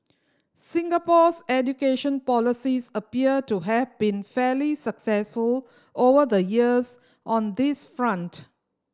Singapore's education policies appear to have been fairly successful over the years on this front